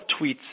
tweets